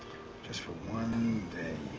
just for one day.